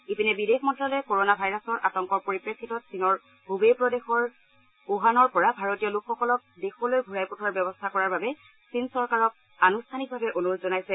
ইপিনে বিদেশ মন্তালয়ে ক'ৰ'না ভাইৰাছৰ আতংকৰ পৰিপ্ৰেক্ষিতত চীনৰ ছবেই প্ৰদেশৰ ওহানৰ পৰা ভাৰতীয় লোকসকলক দেশলৈ ঘূৰাই পঠোৱাৰ ব্যৱস্থা কৰাৰ বাবে চীন চৰকাৰক আনুষ্ঠানিকভাৱে অনুৰোধ জনাইছে